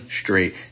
straight